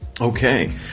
Okay